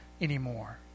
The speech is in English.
anymore